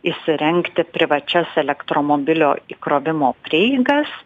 įsirengti privačias elektromobilio įkrovimo prieigas